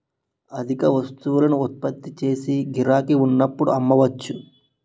అధిక వస్తువులను ఉత్పత్తి చేసి గిరాకీ ఉన్నప్పుడు అమ్మవచ్చు